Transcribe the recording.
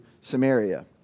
Samaria